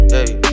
Hey